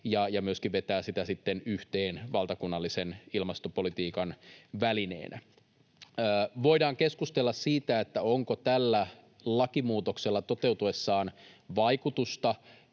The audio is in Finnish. ja myöskin vetää sitä sitten yhteen valtakunnallisen ilmastopolitiikan välineenä. Voidaan keskustella siitä, onko tällä lakimuutoksella toteutuessaan vaikutusta